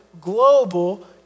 Global